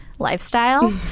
Lifestyle